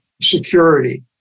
security